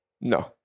No